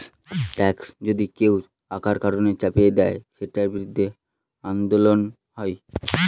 tax যদি কেউ অকারণে চাপিয়ে দেয়, সেটার বিরুদ্ধে আন্দোলন হয়